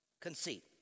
conceit